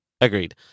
Agreed